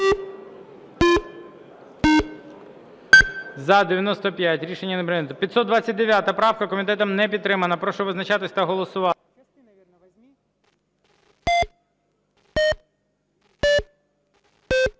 За-95 Рішення не прийнято. 529 правка. Комітетом не підтримана. Прошу визначатись та голосувати.